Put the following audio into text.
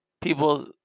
people